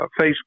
Facebook